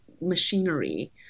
machinery